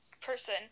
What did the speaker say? person